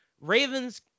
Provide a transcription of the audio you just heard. Ravens